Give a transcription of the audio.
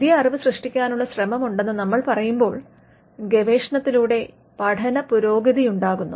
പുതിയ അറിവ് സൃഷ്ടിക്കാനുള്ള ശ്രമമുണ്ടെന്ന് നമ്മൾ പറയുമ്പോൾ ഗവേഷണത്തിലൂടെ പഠനപുരോഗതിയുണ്ടാകുന്നു